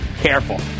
careful